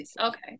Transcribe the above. Okay